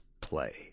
play